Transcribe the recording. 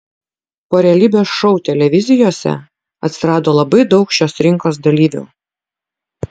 po realybės šou televizijose atsirado labai daug šios rinkos dalyvių